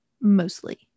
mostly